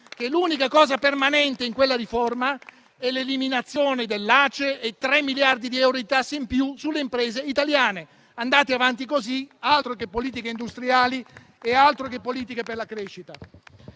L'unica misura permanente in quella riforma è l'eliminazione dell'aiuto alla crescita economica (ACE) e tre miliardi di euro di tasse in più sulle imprese italiane. Andate avanti così, altro che politiche industriali e altro che politiche per la crescita.